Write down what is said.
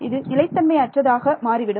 இது நிலை தன்மை அற்றதாக மாறிவிடும்